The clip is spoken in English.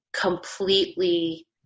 completely